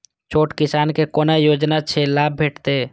छोट किसान के कोना योजना के लाभ भेटते?